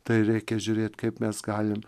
tai reikia žiūrėt kaip mes galim